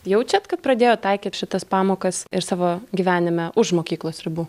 jaučiat kad pradėjot taikyt šitas pamokas ir savo gyvenime už mokyklos ribų